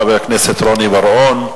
תודה לחבר הכנסת רוני בר-און.